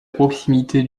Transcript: proximité